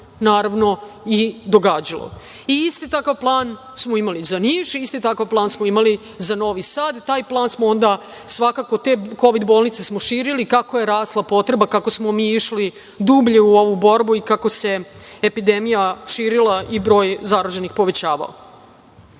naravno, i događalo. Isti takav plan smo imali i za Niš, isti takav plan smo imali za Novi Sad. Te kovid bolnice smo širili kako je rasla potreba, kako smo mi išli dublje u ovu borbu i kako se epidemija širila i broj zaraženih povećavao. Ovo